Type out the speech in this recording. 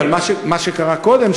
אבל מה שקרה קודם,